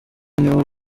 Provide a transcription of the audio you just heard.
niwe